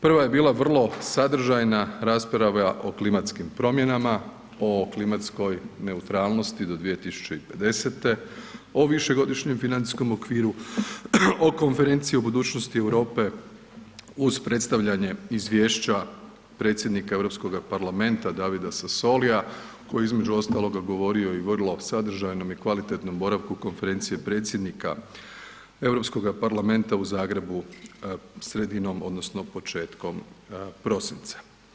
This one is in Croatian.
Prva je bila vrlo sadržajna rasprava o klimatskim promjenama, o klimatskoj neutralnosti do 2050., o višegodišnjem financijskom okviru, o Konferenciji o budućnosti Europe uz predstavljanje izvješća predsjednika Europskog parlamenta Davida Sassolia koji je između ostaloga govorio i vrlo sadržajnom i kvalitetnom boravku konferencije predsjednika Europskoga parlamenta u Zagrebu sredinom odnosno početkom prosinca.